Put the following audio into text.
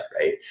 right